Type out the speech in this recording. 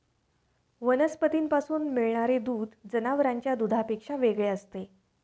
वनस्पतींपासून मिळणारे दूध जनावरांच्या दुधापेक्षा वेगळे असते